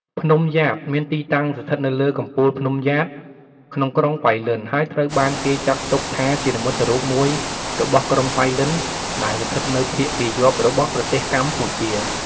វត្តភ្នំយ៉ាតមានទីតាំងស្ថិតនៅលើកំពូលភ្នំយ៉ាត ក្នុងក្រុងប៉ៃលិន ហើយត្រូវបានគេចាត់ទុកថា ជានិមិត្តរូបមួយរបស់ក្រុងប៉ៃលិនដែលស្ថិតនៅភាគពាយ័ព្យរបស់ប្រទេសកម្ពុជា។